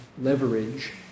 leverage